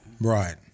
Right